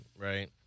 right